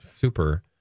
super